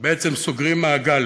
בעצם סוגרים מעגל